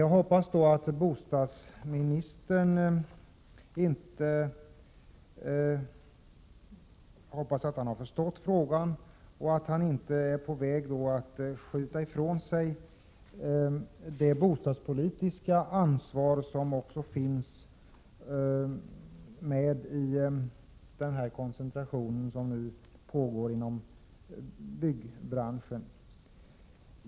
Jag hoppas att bostadsministern har förstått frågan och inte är på väg att skjuta ifrån sig det bostadspolitiska ansvaret för den koncentration som nu pågår inom byggbranschen.